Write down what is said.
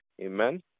Amen